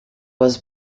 was